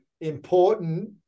important